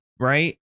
right